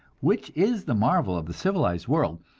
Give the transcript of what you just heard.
which is the marvel of the civilized world,